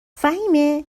فهیمه